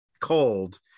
cold